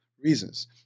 reasons